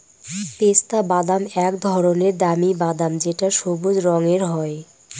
পেস্তা বাদাম এক ধরনের দামি বাদাম যেটা সবুজ রঙের হয়